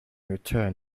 return